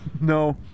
No